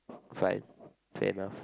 fine fair enough